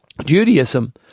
Judaism